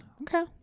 okay